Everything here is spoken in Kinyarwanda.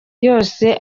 yose